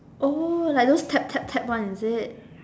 like those tap tap tap one is it